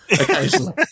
occasionally